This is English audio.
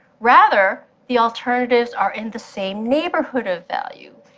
rather, the alternatives are in the same neighborhood of value,